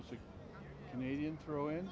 was a comedian throwin